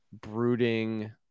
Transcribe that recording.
brooding